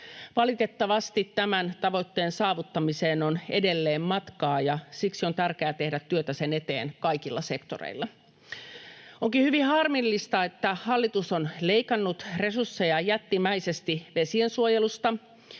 Valitettavasti tämän tavoitteen saavuttamiseen on edelleen matkaa, ja siksi on tärkeää tehdä työtä sen eteen kaikilla sektoreilla. Onkin hyvin harmillista, että hallitus on leikannut resursseja jättimäisesti vesiensuojelusta.